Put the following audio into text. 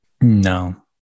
No